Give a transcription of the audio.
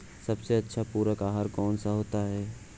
सबसे अच्छा पूरक आहार कौन सा होता है?